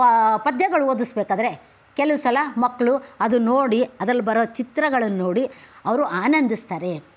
ಪದ್ಯಗಳು ಓದಿಸಬೇಕಾದ್ರೆ ಕೆಲವು ಸಲ ಮಕ್ಕಳು ಅದು ನೋಡಿ ಅದ್ರಲ್ಲಿ ಬರೋ ಚಿತ್ರಗಳನ್ನೋಡಿ ಅವರು ಆನಂದಿಸ್ತಾರೆ